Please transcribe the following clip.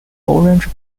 orange